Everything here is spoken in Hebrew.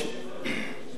אנחנו